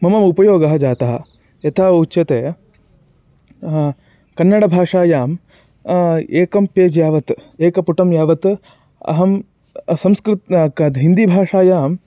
मम उपयोगः जातः यथा उच्यते कन्नडभाषायाम् एकं पेज् यावत् एकपुटं यावत् अहं संस्कृते किं हिन्दीभाषायाम्